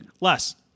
Less